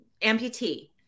amputee